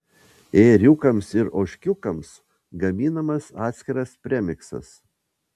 ėriukams ir ožkiukams gaminamas atskiras premiksas